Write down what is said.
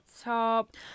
top